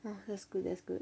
that's good that's good